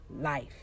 life